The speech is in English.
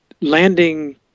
landing